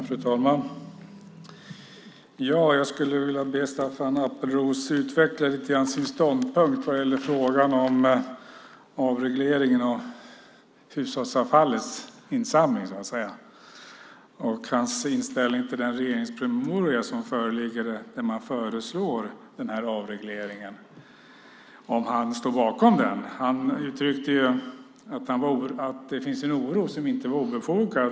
Fru talman! Jag skulle vilja be Staffan Appelros att lite grann utveckla sin ståndpunkt vad gäller en avreglering av insamlingen av hushållsavfallet. Jag skulle vilja höra om han står bakom den regeringspromemoria som föreslår en avreglering. Han uttryckte att det finns en oro som inte är obefogad.